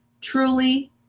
truly